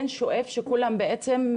כן שואף שכולם בעצם,